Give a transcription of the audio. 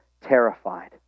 terrified